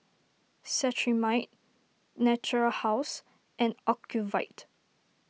Cetrimide Natura House and Ocuvite